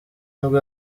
nibwo